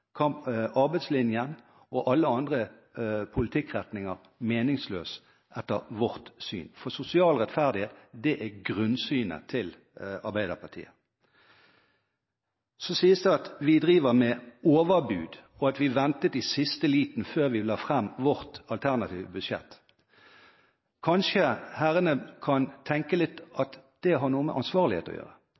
klimakampen, arbeidslinjen og alle andre politikkretninger meningsløse, etter vårt syn, for sosial rettferdighet er grunnsynet til Arbeiderpartiet. Så sies det at vi driver med overbud, og at vi ventet til i siste liten før vi la fram vårt alternative budsjett. Kanskje herrene kan tenke litt på at det har noe med ansvarlighet å